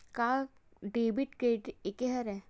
का debit credit एके हरय?